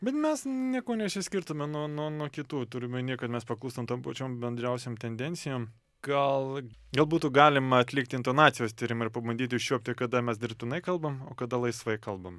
bet mes niekuo neišsiskirtume nuo nuo nuo kitų turiu omenyje kad mes paklūstam tom pačiom bendriausiom tendencijom gal gal būtų galima atlikti intonacijos tyrimą ir pabandyti užčiuopti kada mes dirbtinai kalbam o kada laisvai kalbam